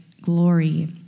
glory